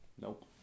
Nope